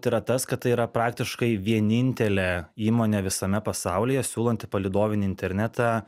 tai yra tas kad tai yra praktiškai vienintelė įmonė visame pasaulyje siūlanti palydovinį internetą